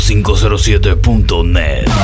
507.net